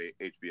HBO